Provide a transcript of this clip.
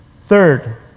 Third